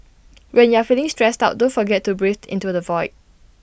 when you are feeling stressed out don't forget to breathe into the void